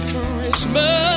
Christmas